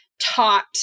taught